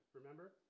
remember